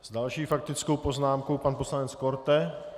S další faktickou poznámkou pan poslanec Korte.